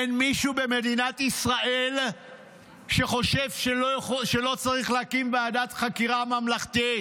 אין מישהו במדינת ישראל שחושב שלא צריך להקים ועדת חקירה ממלכתית.